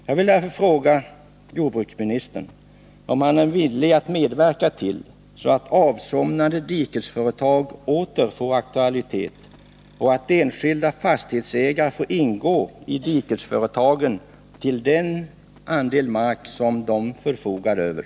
Jag vill därför fråga jordbruksministern om han är villig att medverka till att ”avsomnade” dikningsföretag åter får aktualitet och att enskilda fastighetsägare får ingå i dikningsföretagen i förhållande till den andel mark som de förfogar över.